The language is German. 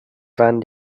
waren